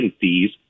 fees